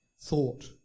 thought